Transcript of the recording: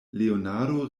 leonardo